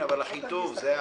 כן, אבל אחיטוב זה האסם.